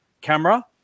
camera